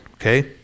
okay